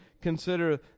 consider